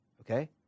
Okay